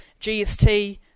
GST